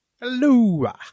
Hello